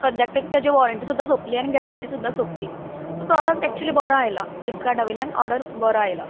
सद्याक तरी ताची वॉरंटी सुद्दां सोपली आनी गॅरंटी सुद्दां सोपली सो प्रॉडक्ट एक्चुअली बरो आयला फ्लिपकार्टा वयल्यान ऑर्डर बरो आयला